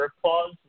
clause